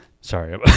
Sorry